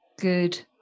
good